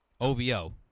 OVO